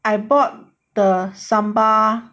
I bought the sambal